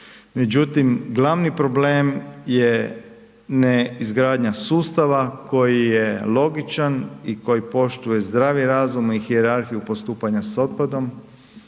međutim glavni problem je neizgradnja sustava koji je logičan i koji poštuje zdrav razumi i hijerarhiju postupanja sa otpadom